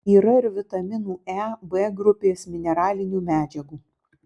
yra ir vitaminų e b grupės mineralinių medžiagų